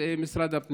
בבקשה.